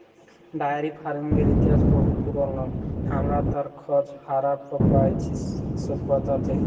diary ফার্মিংয়ের ইতিহাস বহু পুরল, হামরা তার খজ হারাপ্পা পাইছি সভ্যতা থেক্যে